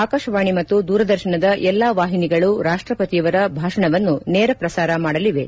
ಆಕಾಶವಾಣಿ ಮತ್ತು ದೂರದರ್ಶನದ ಎಲ್ಲಾ ವಾಹಿನಿಗಳು ರಾಷ್ಟಪತಿಯವರ ಭಾಷಣವನ್ನು ನೇರಪ್ರಸಾರ ಮಾಡಲಿವೆ